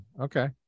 Okay